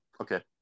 okay